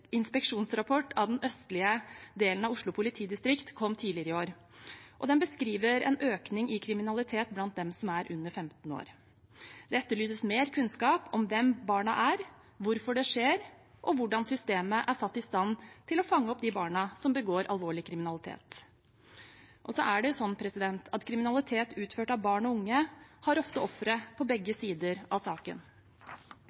inspeksjonsrapport av den østlige delen av Oslo politidistrikt kom tidligere i år. Den beskriver en økning i kriminalitet blant dem som er under 15 år. Det etterlyses mer kunnskap om hvem barna er, hvorfor det skjer og hvordan systemet er satt i stand til å fange opp de barna som begår alvorlig kriminalitet. Og så er det slik at kriminalitet utført av barn og unge ofte har ofre på begge